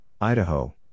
Idaho